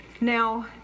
Now